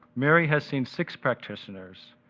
mary has seen six practitioners,